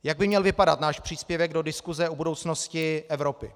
Jak by měl vypadat náš příspěvek do diskuse o budoucnosti Evropy.